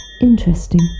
Interesting